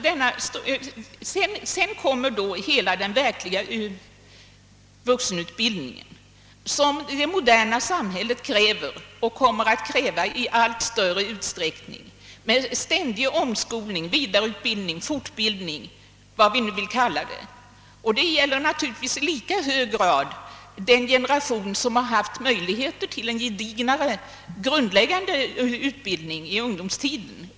Sedan kommer hela den verkliga vuxenutbildning som det moderna samhället kräver och kommer att kräva i allt större utsträckning: ständig omskolning, vidareutbildning, fortbildning eller vad vi vill kalla det. Detta gäller naturligtvis i lika hög grad för den generation som har haft möjligheter till en gedignare grundläggande utbildning i ungdomstiden.